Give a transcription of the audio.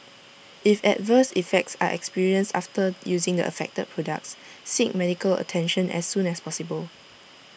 if adverse effects are experienced after using the affected products seek medical attention as soon as possible